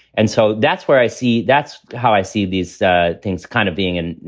and so that's where i see that's how i see these things kind of being and,